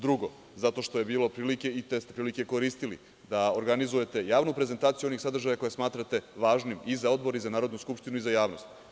Drugo, zato što je bilo prilike i te ste prilike koristili da organizujete javnu prezentaciju onih sadržaja koje smatrate važnim i za Odbor i za Narodnu skupštinu i za javnost.